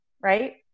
Right